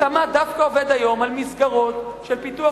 התמ"ת דווקא עובד היום על מסגרות של פיתוח